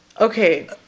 Okay